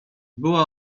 była